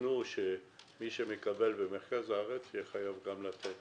תתנו שמי שמקבל במרכז הארץ יהיה חייב גם לתת